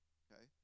okay